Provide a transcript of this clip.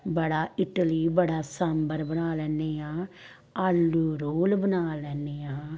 ਬੜਾ ਇਡਲੀ ਬੜਾ ਸਾਂਬਰ ਬਣਾ ਲੈਂਦੇ ਹਾਂ ਆਲੂ ਰੋਲ ਬਣਾ ਲੈਂਦੇ ਹਾਂ